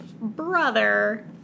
brother